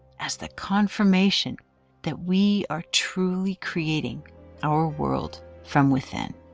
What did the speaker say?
as the confirmation that we are truly creating our world from within.